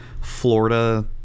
Florida